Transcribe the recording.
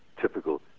typical